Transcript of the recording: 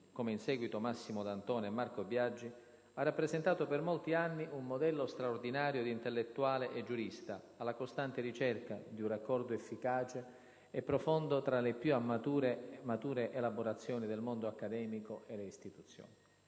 come in seguito Massimo D'Antona e Marco Biagi, ha rappresentato per molti anni un modello straordinario di intellettuale e giurista, alla costante ricerca di un raccordo efficace e profondo tra le più mature elaborazioni del mondo accademico e le istituzioni.